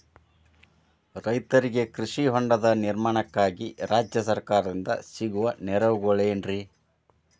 ರೈತರಿಗೆ ಕೃಷಿ ಹೊಂಡದ ನಿರ್ಮಾಣಕ್ಕಾಗಿ ರಾಜ್ಯ ಸರ್ಕಾರದಿಂದ ಸಿಗುವ ನೆರವುಗಳೇನ್ರಿ?